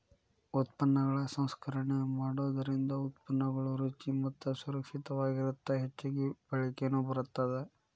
ಉತ್ಪನ್ನಗಳ ಸಂಸ್ಕರಣೆ ಮಾಡೋದರಿಂದ ಉತ್ಪನ್ನಗಳು ರುಚಿ ಮತ್ತ ಸುರಕ್ಷಿತವಾಗಿರತ್ತದ ಹೆಚ್ಚಗಿ ಬಾಳಿಕೆನು ಬರತ್ತದ